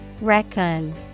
Reckon